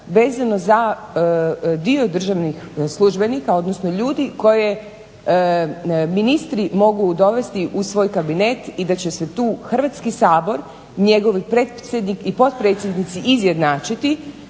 vezano za dio državnih službenika odnosno ljudi koje ministri mogu dovesti u svoj kabinet i da će se tu Hrvatski sabor, njegov predsjednik i potpredsjednici izjednačiti